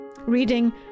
Reading